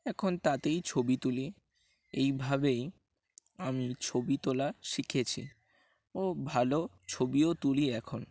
এখন তাতেই ছবি তুলি এইভাবেই আমি ছবি তোলা শিখেছি ও ভালো ছবিও তুলি এখন